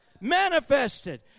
manifested